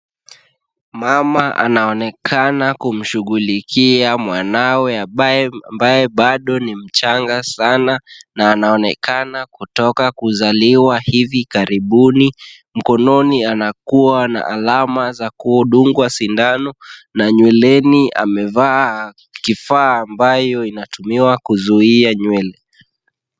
Mama anaonekana kumshughulikia mwanawe ambaye bado ni mchanga sana na anaonekana kutoka kuzaliwa hivi karibuni. Mkononi anakuwa na alama za kudungwa sindano na nyweleni amevaa kifaa ambayo inatumiwa kuzuia nywele.